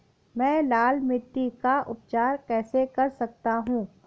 मैं लाल मिट्टी का उपचार कैसे कर सकता हूँ?